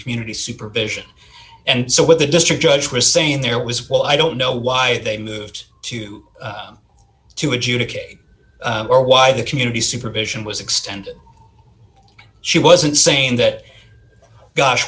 community supervision and so with the district judge were saying there was well i don't know why they moved to to adjudicate or why the community supervision was extended she wasn't saying that gosh